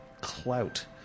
clout